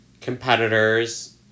competitors